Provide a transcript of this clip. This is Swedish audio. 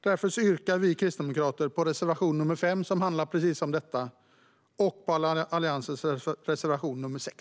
Därför yrkar vi kristdemokrater bifall till reservation 5, som handlar precis som detta, och till Alliansens reservation 6.